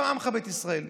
גם עמך בית ישראל,